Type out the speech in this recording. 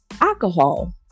Alcohol